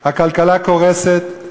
הכלכלה קורסת,